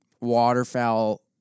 waterfowl